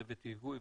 צוות היגוי,